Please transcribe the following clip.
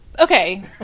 Okay